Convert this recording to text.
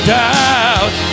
doubt